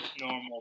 normal